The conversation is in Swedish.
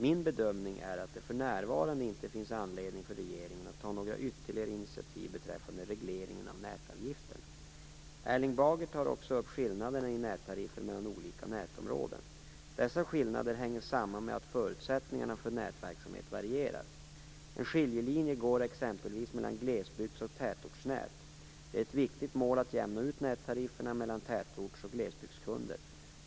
Min bedömning är att det för närvarande inte finns anledning för regeringen att ta några ytterligare initiativ beträffande regleringen av nätavgifterna. Erling Bager tar också upp skillnaderna i nättariffer mellan olika nätområden. Dessa skillnader hänger samman med att förutsättningarna för nätverksamhet varierar. En skiljelinje går exempelvis mellan glesbygds och tätortsnät. Det är ett viktigt mål att jämna ut tarifferna mellan tätorts och glesbygdskunder.